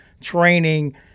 training